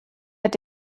mit